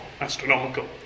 astronomical